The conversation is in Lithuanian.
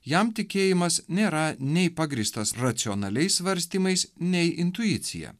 jam tikėjimas nėra nei pagrįstas racionaliais svarstymais nei intuicija